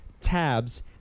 tabs